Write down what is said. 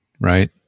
right